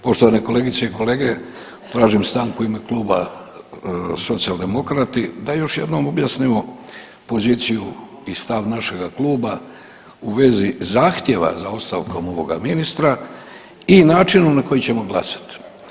Poštovane kolegice i kolege, tražim stanku u ime Kluba Socijaldemokrati da još jednom objasnimo poziciju i stav našega kluba u vezi zahtjeva za ostavkom ovoga minisitra i načinu na koji ćemo glasat.